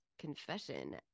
confession